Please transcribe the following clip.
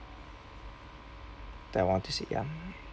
that I want to visit ya mm